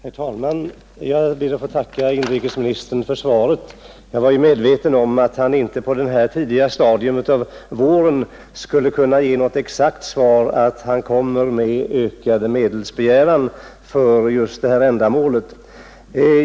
Herr talman! Jag ber att få tacka inrikesministern för svaret. Jag var medveten om att han så här tidigt på våren inte skulle kunna ge något exakt besked om att han kommer att begära ökade medel just till detta ändamål.